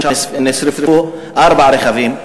נשרפו שם ארבעה רכבים,